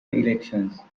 elections